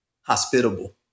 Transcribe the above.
hospitable